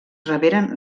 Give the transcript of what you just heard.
reberen